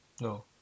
No